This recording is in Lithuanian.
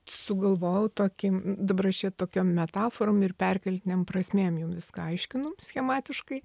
sugalvojau tokį dabar aš čia tokiom metaforom ir perkeltinėm prasmėm jum viską aiškinu schematiškai